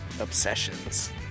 obsessions